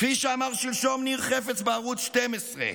כפי שאמר שלשום ניר חפץ בערוץ 12: